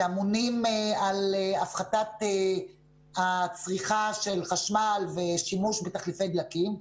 שאמונים על הפחתת הצריכה של חשמל ושימוש בתחליפי דלקים,